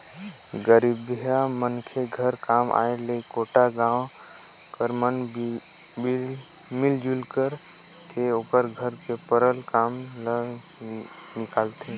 गरीबहा मनखे घर काम आय ले गोटा गाँव कर मन मिलजुल के ओकर घर में परल काम ल निकालथें